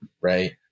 right